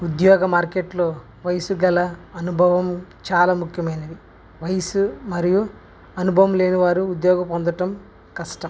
ఉద్యోగ మార్కెట్లు వయసు గల అనుభవం చాలా ముఖ్యమైనవి వయసు మరియు అనుభవం లేని వారు ఉద్యోగం పొందడం కష్టం